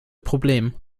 problem